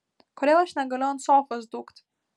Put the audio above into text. kodėl aš negaliu ant sofos dūkt